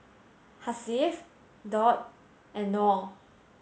Hasif Daud and Noh